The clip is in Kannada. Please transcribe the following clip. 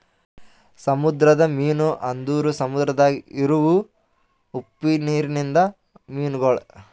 ಸಮುದ್ರದ ಮೀನು ಅಂದುರ್ ಸಮುದ್ರದಾಗ್ ಇರವು ಉಪ್ಪು ನೀರಿಂದ ಮೀನುಗೊಳ್